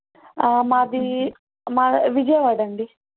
మాది మా విజయవాడ అండి